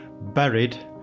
buried